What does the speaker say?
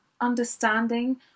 understanding